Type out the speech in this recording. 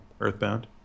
Earthbound